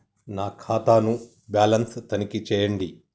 నా ఖాతా ను బ్యాలన్స్ తనిఖీ చేయండి?